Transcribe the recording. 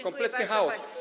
Kompletny chaos.